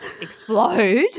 explode